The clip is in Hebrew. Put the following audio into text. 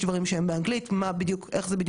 אנחנו חושבים שהפיקדון זה דבר מאוד מאוד חשוב,